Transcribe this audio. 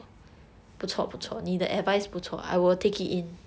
ya lor